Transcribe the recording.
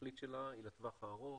התכלית שלה היא לטווח הארוך,